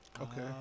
Okay